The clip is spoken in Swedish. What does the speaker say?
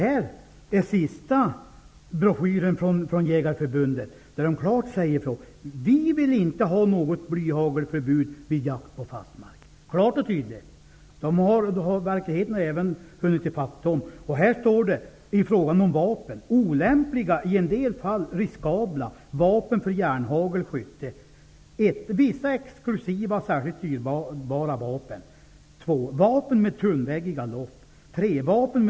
I den senaste broschyren från Jägarförbundet säger man klart och tydligt att man inte vill ha något blyhagelförbud vid jakt på fast mark. Verkligheten har hunnit i fatt även Jägarförbundet. * Vissa exklusiva och särskilt dyrbara vapen.